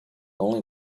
only